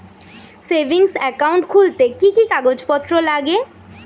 Savings account খুলতে কি কি কাগজপত্র লাগে?